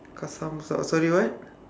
cause some sorry what